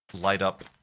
light-up